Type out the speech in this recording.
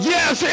Yes